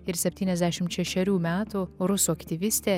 ir septyniasdešimt šešerių metų rusų aktyvistę